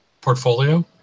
portfolio